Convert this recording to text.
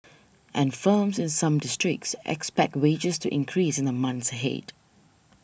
and firms in some districts expect wages to increase in the months ahead